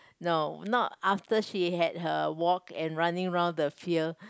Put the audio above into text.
no not after she had her walk and running round the field